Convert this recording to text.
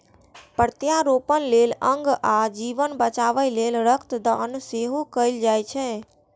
प्रत्यारोपण लेल अंग आ जीवन बचाबै लेल रक्त दान सेहो कैल जाइ छै